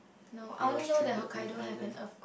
no I only know that Hokkaido have an earth